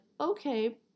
okay